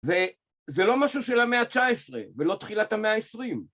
וזה לא משהו של המאה התשע עשרה ולא תחילת המאה העשרים.